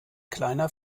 kleiner